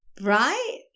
right